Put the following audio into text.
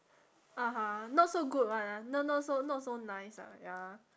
(uh huh) not so good [one] ah not not so not so nice ah ya